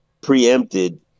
preempted